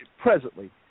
presently